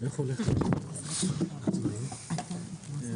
הישיבה ננעלה בשעה 14:00.